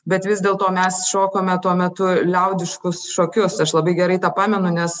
bet vis dėlto mes šokome tuo metu liaudiškus šokius aš labai gerai tą pamenu nes